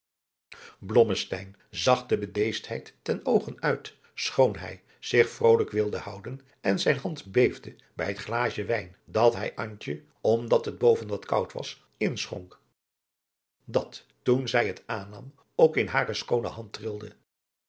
zag de bedeesdheid ten oogen uit schoon hij zich vrolijk wilde houden en zijn hand beefde bij het glaasje wijn dat hij antje omdat het boven wat koud was inschonk dat toen zij het aannam ook in hare schoone hand